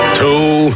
two